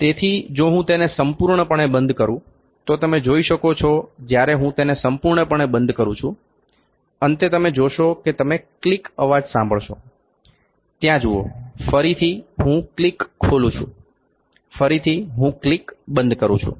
તેથી જો હું તેને સંપૂર્ણપણે બંધ કરું તો તમે જોઈ શકો છો જ્યારે હું તેને સંપૂર્ણ પણે બંધ કરું છું અંતે તમે જોશો કે તમે ક્લિક અવાજ સાંભળશો ત્યાં જુઓ ફરીથી હું ક્લિક ખોલું છું ફરીથી હું ક્લિક બંધ કરું છું